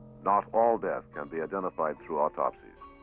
not all death can be identified through autopsies.